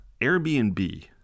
Airbnb